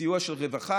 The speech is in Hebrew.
סיוע של רווחה,